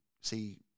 see